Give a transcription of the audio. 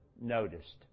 noticed